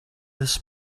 this